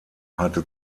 hatte